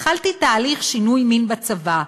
התחלתי תהליך שינוי מין בצבא.